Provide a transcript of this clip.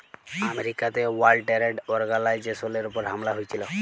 আমেরিকাতে world trade অর্গালাইজেশলের উপর হামলা হঁয়েছিল